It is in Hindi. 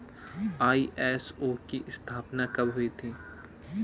आई.एस.ओ की स्थापना कब हुई थी?